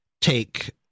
take